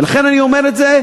ולכן אני אומר את זה.